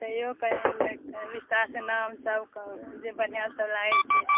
तैंयो कनि न कनि कलाकार के नामसभ जे बढ़िऑं सभ लागै छै